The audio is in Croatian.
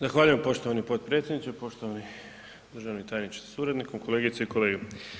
Zahvaljujem poštovani potpredsjedniče, poštovani državni tajniče sa suradnikom, kolegice i kolege.